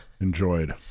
enjoyed